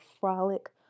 frolic